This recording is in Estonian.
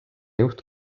juht